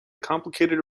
complicated